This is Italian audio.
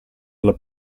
alla